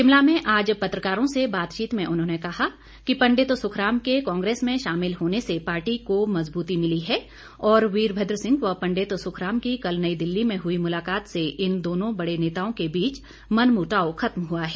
शिमला में आज पत्रकारों से बातचीत में उन्होंने कहा कि पंडित सुखराम के कांग्रेस में शामिल होने से पार्टी को मजबूती मिली है और वीरभद्र सिंह व पंडित सुखराम की कल नई दिल्ली में हई मुलाकात से इन दोनों बडे नेताओं के बीच मन मुटाव खत्म हुआ है